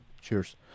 Cheers